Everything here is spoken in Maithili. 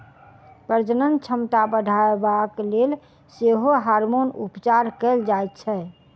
प्रजनन क्षमता बढ़यबाक लेल सेहो हार्मोन उपचार कयल जाइत छै